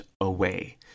away